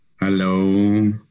Hello